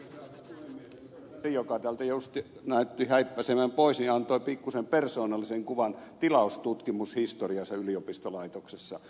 sasi joka täältä juuri näytti häippäisevän pois antoi pikkuisen persoonallisen kuvan tilaustutkimushistoriasta yliopistolaitoksessa